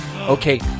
okay